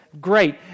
great